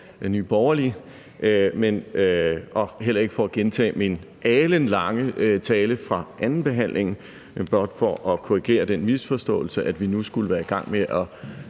Nye Borgerlige, og det er heller ikke for at gentage min alenlange tale fra andenbehandlingen, men blot for at korrigere den misforståelse, at vi nu skulle være i gang med